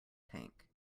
tank